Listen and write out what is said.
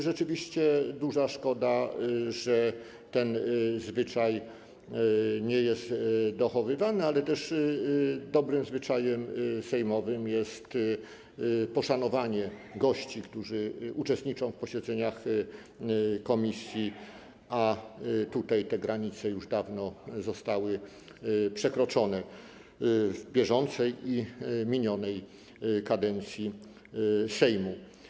Rzeczywiście duża szkoda, że ten zwyczaj nie jest dochowywany, ale też dobrym zwyczajem sejmowym jest poszanowanie gości, którzy uczestniczą w posiedzeniach komisji, a tutaj te granice już dawno zostały przekroczone w bieżącej i minionej kadencji Sejmu.